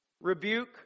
Rebuke